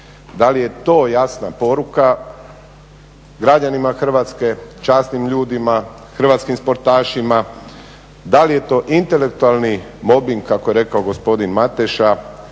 Da li je to jasna poruka građanima Hrvatske, časnim ljudima, hrvatskim sportašima? Da li je to intelektualni mobing kako je rekao gospodin Mateša,